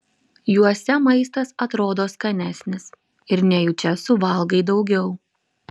juose maistas atrodo skanesnis ir nejučia suvalgai daugiau